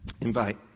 Invite